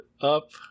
up